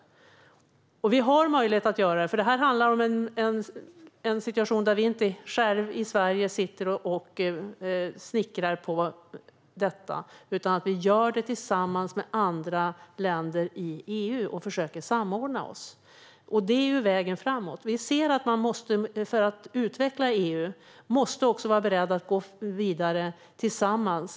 Vi har möjlighet att göra detta, för det handlar om en situation där vi inte sitter och snickrar på detta själva i Sverige utan gör det tillsammans med andra länder i EU och försöker samordna oss. Detta är vägen framåt. För att utveckla EU måste man också vara beredd att gå vidare tillsammans.